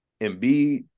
Embiid